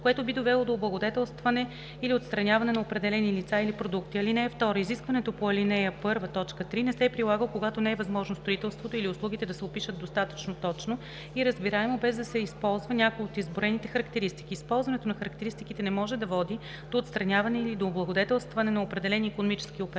което би довело до облагодетелстване или отстраняване на определени лица или продукти. (2) Изискването по ал. 1, т. 3 не се прилага, когато не е възможно строителството или услугите да се опишат достатъчно точно и разбираемо без да се използва някоя от изброените характеристики. Използването на характеристиките не може да води до отстраняване или до облагодетелстване на определени икономически оператори